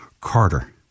Carter